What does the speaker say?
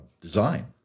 design